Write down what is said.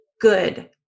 good